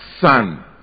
son